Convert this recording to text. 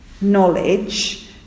knowledge